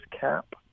cap